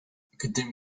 gdym